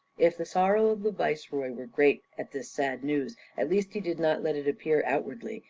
if the sorrow of the viceroy were great at this sad news, at least he did not let it appear outwardly,